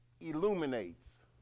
illuminates